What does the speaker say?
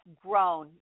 grown